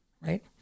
right